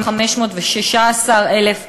516,000 לשנה,